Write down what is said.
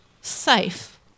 safe